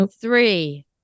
three